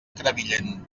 crevillent